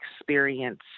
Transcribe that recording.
experience